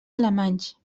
alemanys